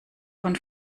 von